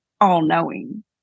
all-knowing